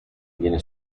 viene